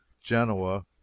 Genoa